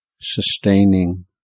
sustaining